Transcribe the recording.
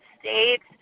States